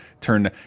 turn